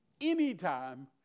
anytime